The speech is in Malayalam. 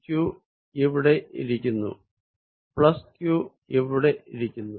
q ഇവിടെ ഇരിക്കുന്നു q ഇവിടെ ഇരിക്കുന്നു